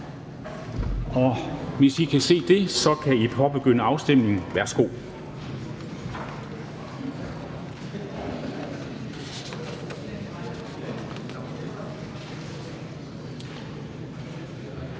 Hvis I kan se det, kan I påbegynde afstemningen. Værsgo.